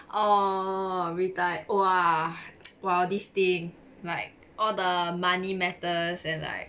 oh retire !wah! !wah! this thing like all the money matters and like